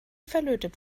verlötet